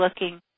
looking